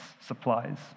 supplies